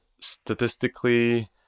statistically